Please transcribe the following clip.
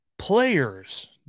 players